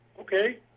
okay